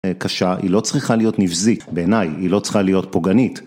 אה קשה, היא לא צריכה להיות נבזית בעיניי, היא לא צריכה להיות פוגנית